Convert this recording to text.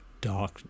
dark